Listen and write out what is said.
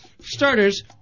Starters